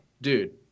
dude